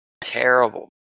Terrible